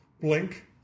Blink